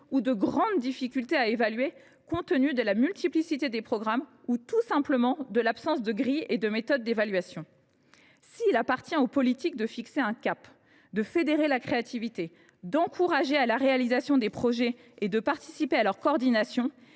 une absence criante d’évaluation, compte tenu de la multiplicité des programmes, ou tout simplement de l’absence de grilles et de méthodes d’évaluation. S’il appartient au politique de fixer un cap, de fédérer la créativité, d’encourager à la réalisation des projets et de participer à leur coordination,